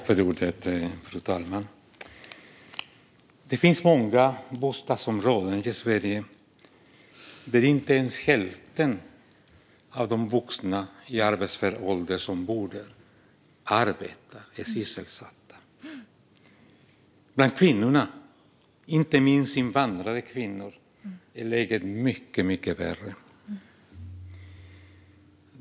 Fru talman! Det finns många bostadsområden i Sverige där inte ens hälften av de vuxna i arbetsför ålder som bor där arbetar och är sysselsatta. Bland kvinnorna, inte minst invandrade kvinnor, är läget mycket, mycket värre.